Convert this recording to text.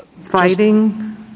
fighting